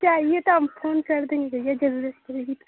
चाहिए तो हम फोन कर देंगे भैया ज़रूरत पड़ेगी तो